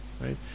Right